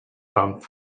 pumped